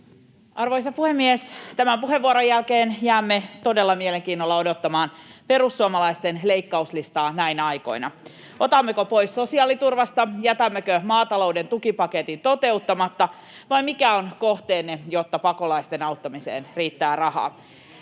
Arvoisa puhemies! Tämän puheenvuoron jälkeen jäämme todella mielenkiinnolla odottamaan perussuomalaisten leikkauslistaa näinä aikoina. Otammeko pois sosiaaliturvasta, jätämmekö maatalouden tukipaketin toteuttamatta, vai mikä on kohteenne, jotta pakolaisten auttamiseen riittää rahaa?